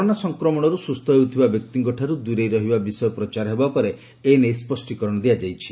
corona ସଂକ୍ରମଣରୁ ସୁସ୍ଥ ହେଉଥିବା ବ୍ୟକ୍ତିଙ୍କଠାରୁ ଦୂରେଇ ରହିବା ବିଷୟ ପ୍ରଚାର ହେବା ପରେ ଏ ନେଇ ସ୍ୱଷ୍ଟୀକରଣ ଦିଆଯାଇଛି